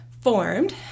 formed